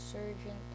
Surgeon